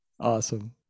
Awesome